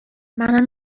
منم